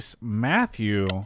matthew